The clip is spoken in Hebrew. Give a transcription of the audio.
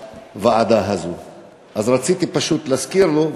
רציתי להזכיר לו,